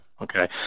okay